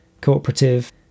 cooperative